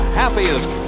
happiest